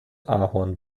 ahorn